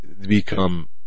become